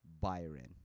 Byron